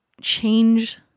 change